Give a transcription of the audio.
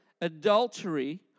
adultery